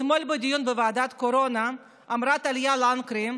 אתמול בדיון בוועדת הקורונה אמרה טליה לנקרי,